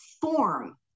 form